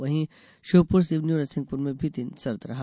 वहीं श्योपुर सिवनी और नरसिंहपुर में भी दिन सर्द रहा